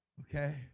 Okay